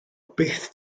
byth